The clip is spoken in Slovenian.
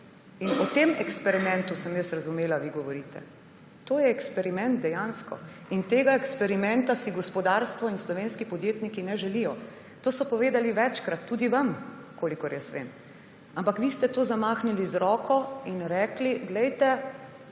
In o tem eksperimentu sem jaz razumela, da vi govorite. To je eksperiment dejansko. Tega eksperimenta si gospodarstvo in slovenski podjetniki ne želijo. To so povedali večkrat tudi vam, kolikor jaz vem, ampak vi ste zamahnili z roko in rekli, poglejte,